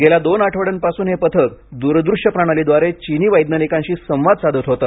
गेल्या दोन आठवड्यांपासून हे पथक दूरदृश्य प्रणालीद्वारे चिनी वैज्ञानिकांशी संवाद साधत होते